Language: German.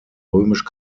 römisch